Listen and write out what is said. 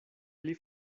pli